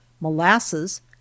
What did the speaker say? molasses